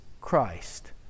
Christ